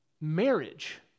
marriage